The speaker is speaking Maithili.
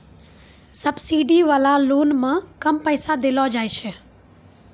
सब्सिडी वाला लोन मे कम पैसा देलो जाय छै